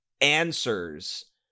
answers